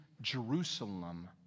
Jerusalem